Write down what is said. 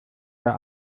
der